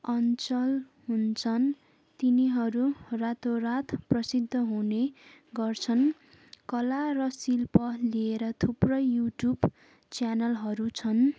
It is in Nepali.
अञ्चल हुन्छन् तिनीहरू रातोरात प्रसिद्ध हुने गर्छन् कला र शिल्प लिएर थुप्रै युट्युब च्यानलहरू छन्